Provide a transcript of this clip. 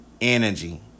energy